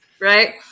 right